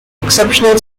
exceptional